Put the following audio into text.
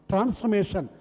Transformation